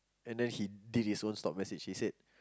and then he did his own stop message he said